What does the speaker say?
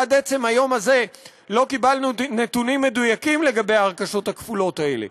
עד עצם היום הזה לא קיבלנו נתונים מדויקים לגבי ההרכשות הכפולות האלה,